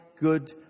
good